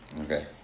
okay